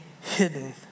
hidden